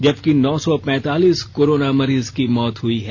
जबकि नौ सौ पैंतीलीस कोरोना मरीज की मौत हुई हैं